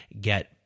get